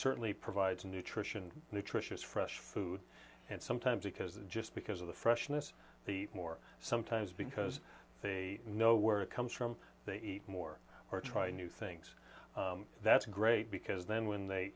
certainly provides nutrition nutritious fresh food and sometimes because just because of the freshness the more sometimes because they know where it comes from they eat more or trying new things that's great because then when they